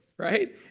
right